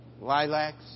lilacs